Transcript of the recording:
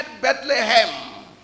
Bethlehem